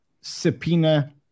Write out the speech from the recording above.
subpoena